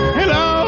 hello